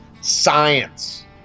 science